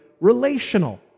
relational